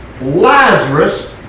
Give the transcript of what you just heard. Lazarus